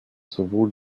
sowohl